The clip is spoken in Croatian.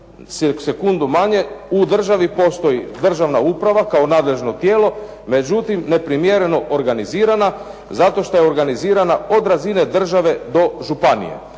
sekundu manje u državi postoji državna uprava kao nadležno tijelo međutim neprimjereno organizirana zato što je organizirana od razine države do županije.